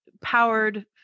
powered